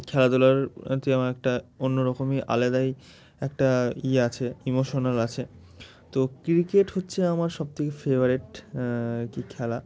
খেলাধুলার প্রতি আমার একটা অন্য রকমই আলাদাই একটা ইয়ে আছে ইমোশনাল আছে তো ক্রিকেট হচ্ছে আমার সবথেকে ফেভারিট আর কি খেলা